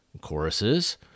choruses